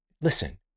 Listen